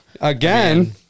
Again